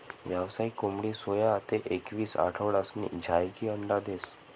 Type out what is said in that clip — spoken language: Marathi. यावसायिक कोंबडी सोया ते एकवीस आठवडासनी झायीकी अंडा देस